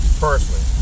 personally